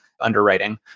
underwriting